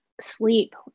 sleep